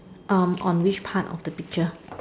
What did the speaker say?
on on which part of the picture